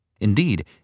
Indeed